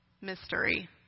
Mystery